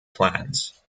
plants